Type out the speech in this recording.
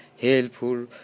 Helpful